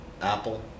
Apple